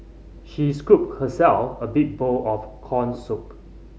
she scooped herself a big bowl of corn soup